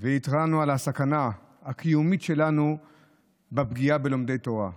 והתרענו על הסכנה הקיומית שלנו בפגיעה בלומדי תורה.